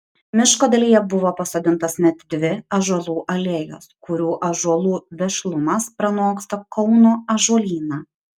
miško dalyje buvo pasodintos net dvi ąžuolų alėjos kurių ąžuolų vešlumas pranoksta kauno ąžuolyną